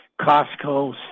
Costco